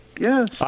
Yes